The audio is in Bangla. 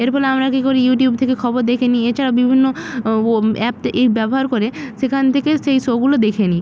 এর ফলে আমরা কী করি ইউটিউব থেকে খবর দেখে নিই এছাড়াও বিভিন্ন অ্যাপ এই ব্যবহার করে সেখান থেকে সেই শোগুলো দেখে নিই